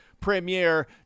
Premiere